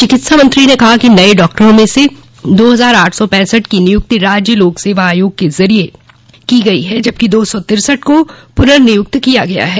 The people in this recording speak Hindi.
चिकित्सा मंत्री ने कहा कि नये डॉक्टरों में से दो हजार आठ सौ पैसठ की निय्क्ति राज्य लोक सेवा आयोग के जरिये की गई है जबकि दो सौ तिरसठ को पुनर्नियुक्त किया गया है